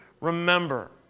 remember